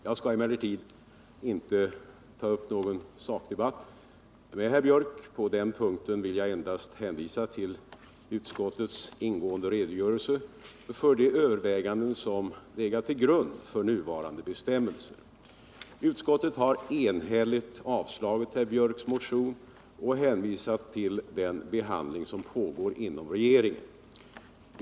Jag skall emellertid inte ta upp någon sakdebatt med herr Biörck. På den punkten vill jag endast hänvisa till utskottets ingående redogörelse för de överväganden som legat till grund för nuvarande bestämmelser. Utskottet har enhälligt avstyrkt herr Biörcks motion och hänvisat till den behandling som pågår inom regeringen.